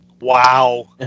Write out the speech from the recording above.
wow